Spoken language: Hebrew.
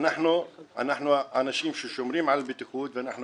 אנחנו אנשים ששומרים על הבטיחות, ואנחנו